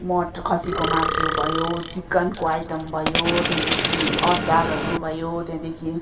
मट खसीको मासु भयो चिकनको आइटम भयो त्यहाँदेखि अचारहरू भयो त्यहाँदेखि